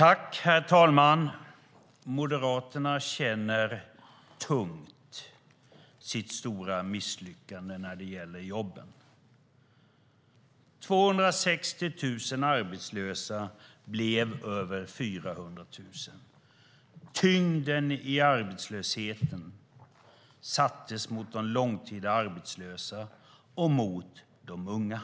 Herr talman! Moderaterna känner tungt sitt stora misslyckande när det gäller jobben. 260 000 arbetslösa blev över 400 000. Tyngden i arbetslösheten tryckte mot de långtidsarbetslösa och mot de unga.